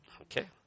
okay